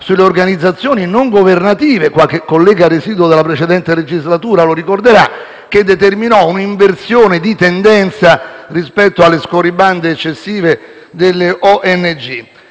sulle organizzazioni non governative, qualche collega residuo della precedente legislatura lo ricorderà, che determinò un'inversione di tendenza rispetto alle scorribande eccessive delle ONG.